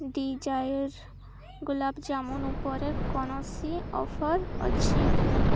desire ଗୁଲାବ୍ ଜାମୁ ଉପରେ କୌଣସି ଅଫର୍ ଅଛି କି